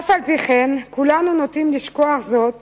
אף-על-פי-כן, כולנו נוטים לשכוח זאת